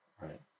right